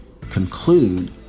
conclude